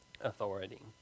authority